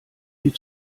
die